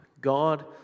God